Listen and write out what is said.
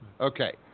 okay